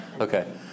Okay